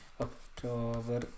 October